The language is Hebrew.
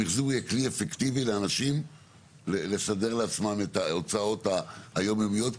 המיחזור יהיה כלי אפקטיבי לאנשים לסדר לעצמם את ההוצאות היומיומיות,